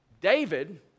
David